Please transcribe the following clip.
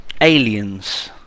Aliens